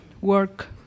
work